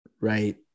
right